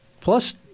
plus